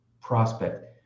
prospect